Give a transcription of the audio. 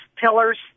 pillars